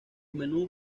menús